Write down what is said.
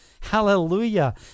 Hallelujah